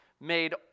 made